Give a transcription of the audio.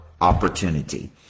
opportunity